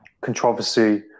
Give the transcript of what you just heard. controversy